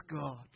God